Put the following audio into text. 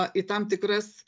į tam tikras